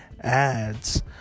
ads